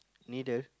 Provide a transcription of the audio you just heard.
needle